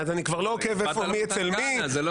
אז אני כבר לא עוקב מי אצל מי.